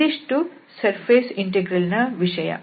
ಇದಿಷ್ಟು surface integral ವಿಷಯ